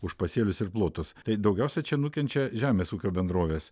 už pasėlius ir plotus tai daugiausia čia nukenčia žemės ūkio bendrovės